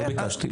לא ביקשתי.